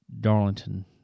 Darlington